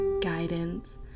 guidance